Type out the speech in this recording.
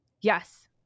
Yes